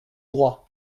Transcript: droit